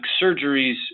surgeries